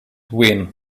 win